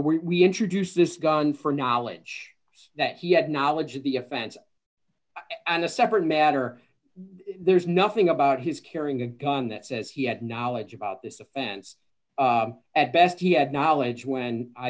we introduced this gun for knowledge that he had knowledge of the offense and a separate matter there's nothing about his carrying a gun that says he had knowledge about this offense at best he had knowledge when i